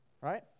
Right